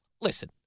Listen